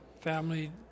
family